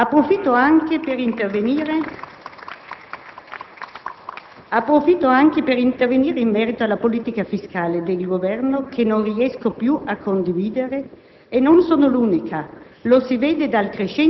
In questa situazione molto difficile, il comportamento del Governo non mi è sembrato lineare. Avrei preferito che le decisioni in merito al generale della Guardia di finanza Speciale fossero state prese una volta chiarita